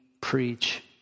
preach